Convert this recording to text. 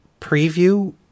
preview